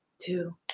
two